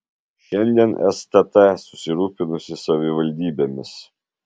šiandien stt susirūpinusi savivaldybėmis